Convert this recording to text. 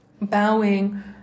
bowing